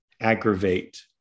aggravate